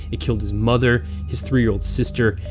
it killed his mother, his three year old sister,